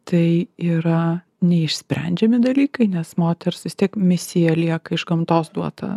tai yra neišsprendžiami dalykai nes moters vis tiek misija lieka iš gamtos duota